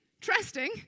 trusting